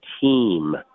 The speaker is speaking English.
team